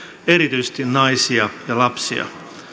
erityisesti naisia ja lapsia